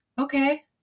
okay